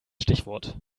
stichwort